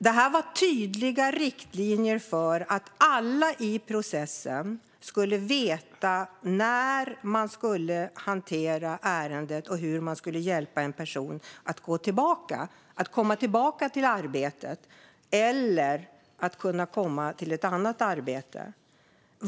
Detta var tydliga riktlinjer för att alla i processen skulle veta när man skulle hantera ärendet och hur man skulle hjälpa en person att komma tillbaka till sitt arbete eller till ett annat arbete.